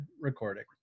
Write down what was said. recording